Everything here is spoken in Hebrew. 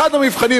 אחד המבחנים,